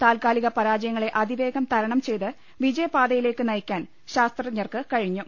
താൽക്കാലിക പരാജ യങ്ങളെ അതിവേഗം തരണം ചെയ്ത് വിജയപാതയിലേക്ക് നയിക്കാൻ ശാസ്ത്രജ്ഞർക്ക് കഴിഞ്ഞു